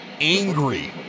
angry